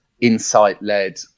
insight-led